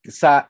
sa